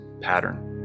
pattern